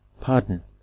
Pardon